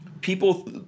people